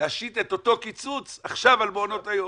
להשית את אותו קיצוץ עכשיו על מעונות היום.